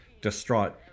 distraught